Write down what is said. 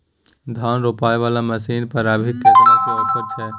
धान रोपय वाला मसीन पर अभी केतना के ऑफर छै?